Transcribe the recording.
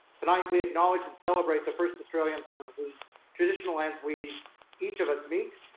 tonight we acknowledge and celebrate the first australians on whose traditional lands we each of us meet.